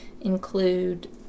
include